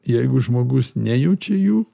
jeigu žmogus nejaučia jų